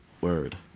Word